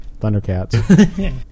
Thundercats